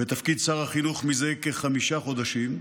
בתפקיד שר החינוך זה כחמישה חודשים,